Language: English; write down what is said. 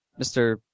Mr